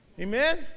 Amen